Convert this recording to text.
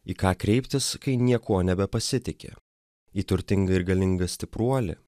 į ką kreiptis kai niekuo nebepasitiki į turtingą ir galingą stipruolį